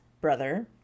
brother